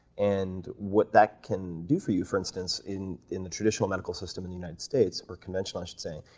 and what that can do for you, for instance, in in the traditional medical system in the united states or conventional, i should say,